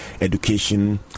education